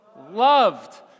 loved